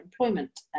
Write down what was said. employment